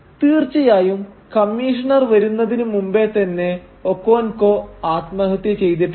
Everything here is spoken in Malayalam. തീർച്ചയായും കമ്മീഷണർ വരുന്നതിനു മുമ്പേ തന്നെ ഒക്കോൻകോ ആത്മഹത്യ ചെയ്തിട്ടുണ്ട്